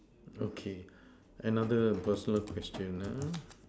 okay another personal question uh